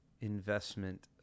investment